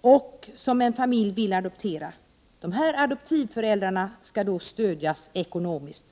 och som en familj vill adoptera. De adoptivföräldrarna skall då stödjas ekonomiskt.